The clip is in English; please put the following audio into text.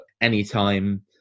anytime